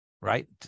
right